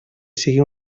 sigui